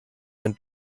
ein